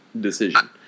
decision